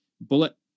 bullet